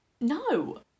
No